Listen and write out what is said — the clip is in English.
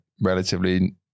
relatively